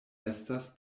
estas